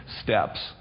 steps